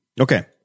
okay